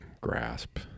grasp